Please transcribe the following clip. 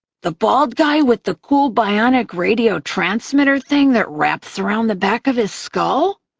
the bald guy with the cool bionic radio-transmitter thing that wraps around the back of his skull?